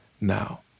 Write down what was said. now